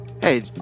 hey